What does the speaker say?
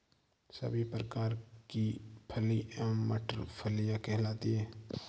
सभी प्रकार की फली एवं मटर फलियां कहलाती हैं